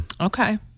Okay